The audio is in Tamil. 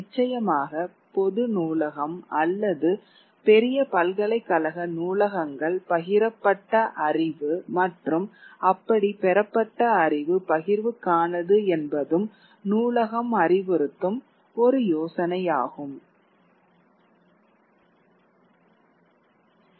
நிச்சயமாக பொது நூலகம் அல்லது பெரிய பல்கலைக்கழக நூலகங்கள் பகிரப்பட்ட அறிவு மற்றும் அப்படி பெறப்பட்ட அறிவு பகிர்வுக்கானது என்பதும் நூலகம் அறிவுறுத்தும் ஒரு யோசனையாகும்